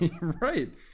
Right